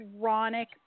chronic